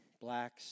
blacks